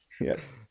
yes